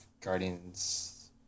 Guardians